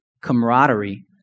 camaraderie